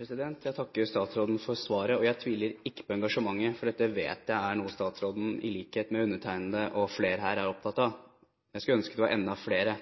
Jeg takker statsråden for svaret. Jeg tviler ikke på engasjementet, for jeg vet at dette er noe statsråden er opptatt av, i likhet med undertegnede og flere andre her. Jeg skulle ønske at det var enda flere.